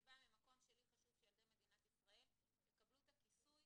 אני באה ממקום שלי חשוב שילדי מדינת ישראל יקבלו את הכיסוי